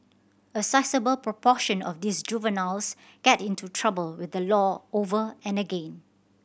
a sizeable proportion of these juveniles get into trouble with the law over and again